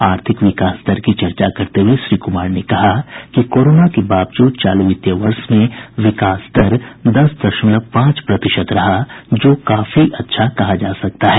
आर्थिक विकास दर की चर्चा करते हुए श्री कुमार ने कहा कि कोरोना के बावजूद चालू वित्तीय वर्ष में विकास दर दस दशमलव पांच प्रतिशत रहा जो काफी अच्छा कहा जा सकता है